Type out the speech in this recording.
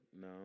No